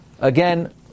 Again